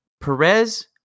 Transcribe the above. Perez